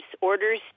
orders